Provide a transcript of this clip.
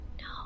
No